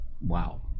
wow